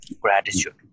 gratitude